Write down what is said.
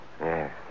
Yes